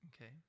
Okay